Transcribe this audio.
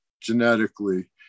genetically